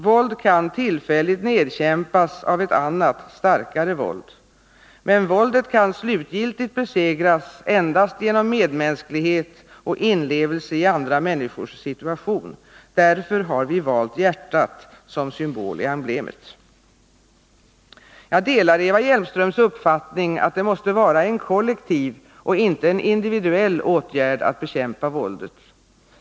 Våld kan tillfälligt nedkämpas av ett annat, starkare våld. Men våldet kan slutgiltigt besegras endast genom medmänsklighet och inlevelse i andra människors situation. Därför har vi valt hjärtat som symbol i emblemet. Jag delar Eva Hjelmströms uppfattning att det måste vara en kollektiv och inte en individuell åtgärd att bekämpa våldet.